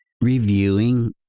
reviewing